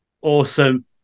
Awesome